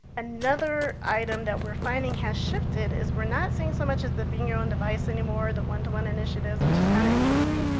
another item that we're finding has shifted is we're not seeing so much of the bring your own device anymore, the one to one initiatives, which is kind of interesting.